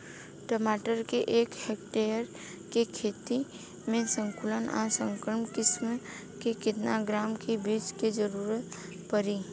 टमाटर के एक हेक्टेयर के खेती में संकुल आ संकर किश्म के केतना ग्राम के बीज के जरूरत पड़ी?